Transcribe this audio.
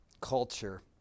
culture